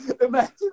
Imagine